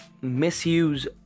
misuse